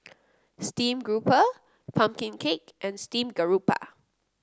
stream grouper pumpkin cake and Steamed Garoupa